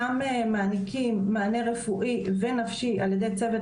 שם מעניקים מענה רפואי ונפשי על ידי צוות